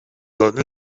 done